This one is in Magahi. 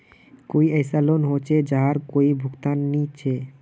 कोई ऐसा लोन होचे जहार कोई भुगतान नी छे?